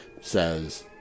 says